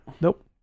Nope